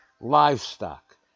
livestock